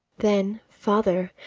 then, father,